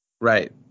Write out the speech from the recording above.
Right